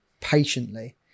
patiently